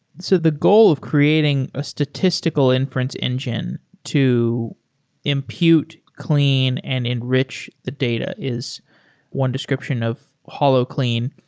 so the goal of creating a statistical inference engine to impute clean and enrich the data is one description of holoclean.